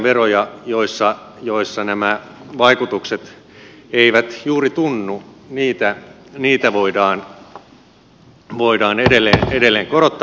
veroja joissa nämä vaikutukset eivät juuri tunnu voidaan edelleen korottaa